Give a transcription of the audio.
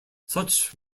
such